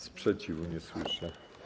Sprzeciwu nie słyszę.